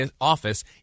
office